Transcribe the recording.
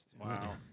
Wow